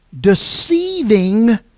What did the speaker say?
Deceiving